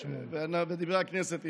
ודברי הכנסת ישמעו.